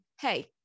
Hey